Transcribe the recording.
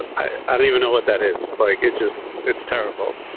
i don't even know what that is. like, it's just, it's terrible.